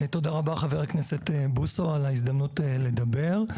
תודה רבה חבר הכנסת בוסו על ההזדמנות לדבר.